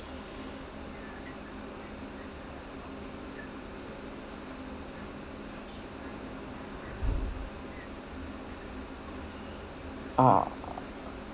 uh